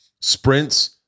sprints